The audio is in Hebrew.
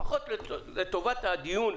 לפחות לטובת הדיון,